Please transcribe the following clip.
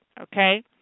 Okay